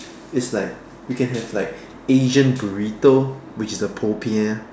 it's like we can have like Asian burrito which is the popiah